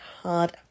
hard